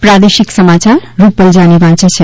પ્રાદેશિક સમાચાર રૂપલ જાની વાંચે છે